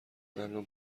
ممنون